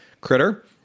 critter